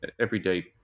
Everyday